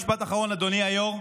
משפט אחרון, אדוני היו"ר.